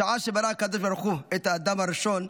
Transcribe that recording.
בשעה שברא הקדוש ברוך הוא את אדם הראשון,